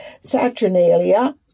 Saturnalia